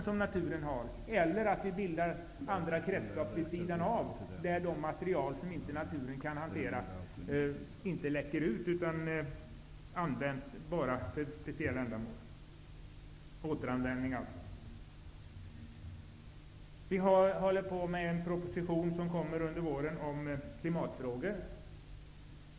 Alternativt får vi bilda andra kretslopp vid sidan av, som innebär att ämnen som naturen inte kan hantera inte läcker ut. Det handlar alltså om återanvändning. Vi arbetar också på en proposition om klimatfrågor. Den kommer att läggas fram under våren.